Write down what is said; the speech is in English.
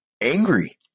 angry